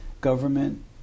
government